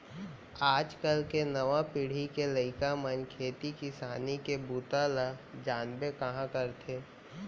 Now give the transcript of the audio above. आज काल के नवा पीढ़ी के लइका मन खेती किसानी के बूता ल जानबे कहॉं करथे